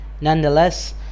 nonetheless